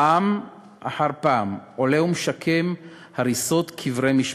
פעם אחר פעם עולה ומשקם הריסות קברי משפחתו.